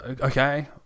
Okay